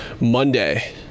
Monday